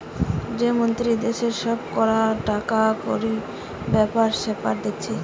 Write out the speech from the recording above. যে মন্ত্রী দেশের সব কটা টাকাকড়ির বেপার সেপার দেখছে